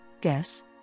guess